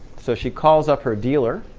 so she calls up her dealer.